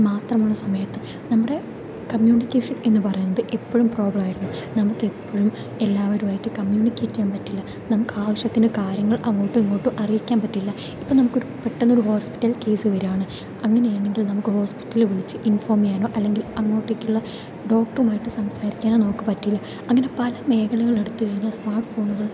മാത്രമുള്ള സമയത്ത് നമ്മുടെ കമ്മ്യൂണിക്കേഷൻ എന്ന് പറയുന്നത് എപ്പോഴും പ്രോബ്ലം ആയിരുന്നു നമുക്ക് എപ്പോഴും എല്ലാവരുമായിട്ട് കമ്മ്യൂണിക്കേറ്റ് ചെയ്യാൻ പറ്റില്ല നമുക്ക് ആവശ്യത്തിന് കാര്യങ്ങൾ അങ്ങോട്ടും ഇങ്ങോട്ടും അറിയിക്കാൻ പറ്റില്ല ഇപ്പോൾ നമുക്കൊരു പെട്ടെന്നൊരു ഹോസ്പിറ്റൽ കേസ് വരുവാണ് അങ്ങനെയാണെങ്കിൽ നമുക്ക് ഹോസ്പിറ്റലിൽ വിളിച്ച് ഇൻഫോം ചെയ്യാനോ അല്ലെങ്കിൽ അങ്ങോട്ടേക്കുള്ള ഡോക്ടറുമായിട്ട് സംസാരിക്കാനോ നമുക്ക് പറ്റില്ല അങ്ങനെ പല മേഖലകൾ എടുത്തു കഴിഞ്ഞാൽ സ്മാർട്ട് ഫോണുകൾ